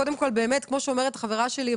קודם כל באמת כמו שאמרת חברה שלי,